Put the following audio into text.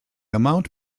amount